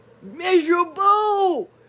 miserable